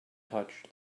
touched